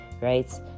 right